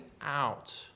out